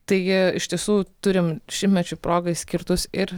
taigi iš tiesų turim šimtmečio progai skirtus ir